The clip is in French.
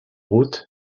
route